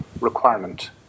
requirement